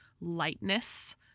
lightness